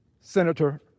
Senator